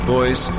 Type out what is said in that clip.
Boys